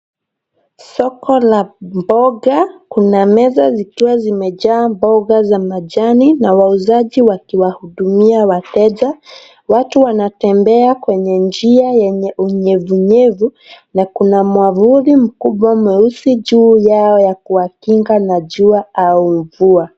Soko la mboga, kuna meza zikiwa zimejaa mboga za majani na wauzaji wakiwahudumia wateja. Watu wanatembea kwenye njia yenye unyevunyevu na kuna mwavuli mkubwa nyeusi juu yao ya kuwakinga na jua au mvua.